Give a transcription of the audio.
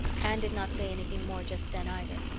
anne did not say anything more just then, either.